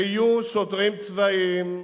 ויהיו שוטרים צבאיים,